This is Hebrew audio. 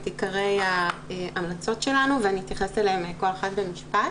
עיקרי ההמלצות שלנו ואני אתייחס אל כל אחת במשפט.